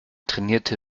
trainierte